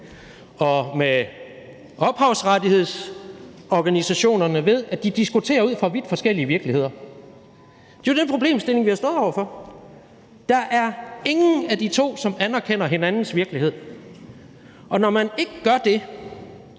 og med ophavsrettighedsorganisationerne, ved, at de diskuterer ud fra vidt forskellige virkeligheder. Det er jo den problemstilling, vi har stået over for. Der er ingen af de to parter, der anerkender hinandens virkelighed, og når man ikke gør det,